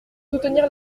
soutenir